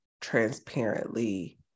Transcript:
transparently